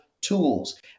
tools